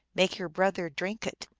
make your brother drink it.